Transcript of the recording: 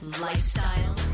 lifestyle